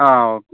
അ okay